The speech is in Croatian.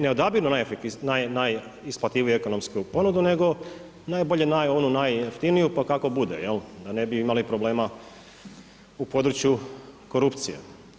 Ne odabiru neisplatljiviju ekonomsku ponudu, nego onu najjeftiniju, pa kako bude, da ne bi imali problema u području korupcije.